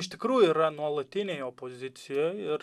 iš tikrųjų yra nuolatinėj opozicijoj ir